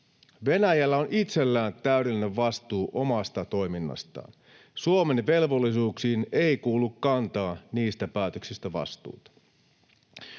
Venäjällä on itsellään täydellinen vastuu omasta toiminnastaan, Suomen velvollisuuksiin ei kuulu kantaa niistä päätöksistä vastuuta.